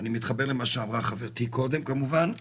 אני מתחבר למה שאמרה חברתי קודם כמובן,